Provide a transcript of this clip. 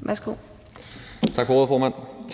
Værsgo. Kl. 15:16 (Ordfører)